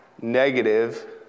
negative